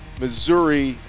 Missouri